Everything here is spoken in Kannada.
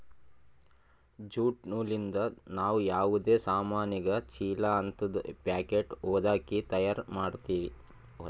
ಜ್ಯೂಟ್ ನೂಲಿಂದ್ ನಾವ್ ಯಾವದೇ ಸಾಮಾನಿಗ ಚೀಲಾ ಹಂತದ್ ಪ್ಯಾಕೆಟ್ ಹೊದಕಿ ತಯಾರ್ ಮಾಡ್ತೀವಿ